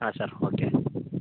ಹಾಂ sir okay